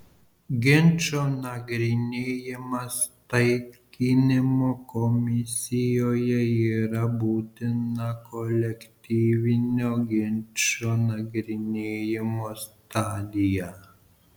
ginčo nagrinėjimas taikinimo komisijoje yra būtina kolektyvinio ginčo nagrinėjimo stadija